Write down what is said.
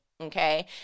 okay